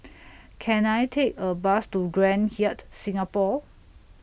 Can I Take A Bus to Grand Hyatt Singapore